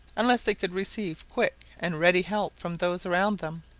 unless they could receive quick and ready help from those around them.